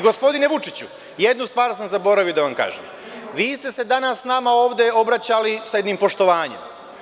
Gospodine Vučiću, jednu stvar sam zaboravio da vam kažem, vi ste se danas ovde nama obraćali sa jednim poštovanjem.